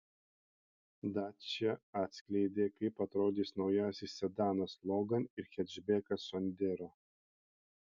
dacia atskleidė kaip atrodys naujasis sedanas logan ir hečbekas sandero